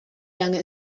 lange